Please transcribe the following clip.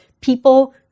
people